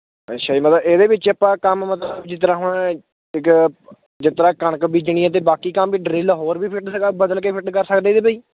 ਅੱਛਾ ਜੀ ਮਤਲਬ ਇਹਦੇ ਵਿੱਚ ਆਪਾਂ ਕੰਮ ਮਤਲਬ ਜਿਸ ਤਰ੍ਹਾਂ ਹੁਣ ਇੱਕ ਜਿਸ ਤਰ੍ਹਾਂ ਕਣਕ ਬੀਜਣੀ ਹੈ ਅਤੇ ਬਾਕੀ ਕੰਮ ਵੀ ਡਰਿੱਲ ਹੋਰ ਵੀ ਫਿੱਟ ਜਗ੍ਹਾ ਬਦਲ ਕੇ ਫਿੱਟ ਕਰ ਸਕਦੇ ਇਹਦੇ